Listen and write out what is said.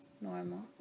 normal